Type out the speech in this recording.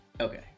Okay